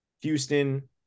houston